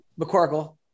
McCorkle